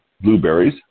blueberries